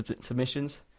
submissions